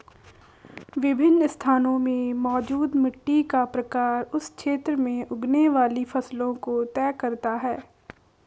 विभिन्न स्थानों में मौजूद मिट्टी का प्रकार उस क्षेत्र में उगने वाली फसलों को तय करता है